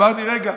אמרתי: רגע.